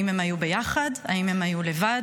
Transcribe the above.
אם הם היו ביחד, אם הם היו לבד,